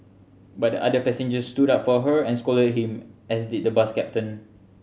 but the other passengers stood up for her and scolded him as did the bus captain